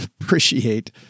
appreciate